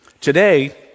Today